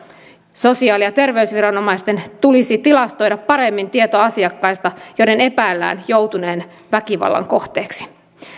sosiaali ja terveysviranomaisten tulisi tilastoida paremmin tieto asiakkaista joiden epäillään joutuneen väkivallan kohteeksi